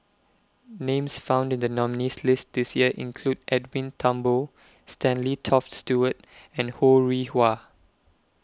Names found in The nominees' list This Year include Edwin Thumboo Stanley Toft Stewart and Ho Rih Hwa